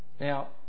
Now